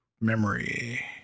memory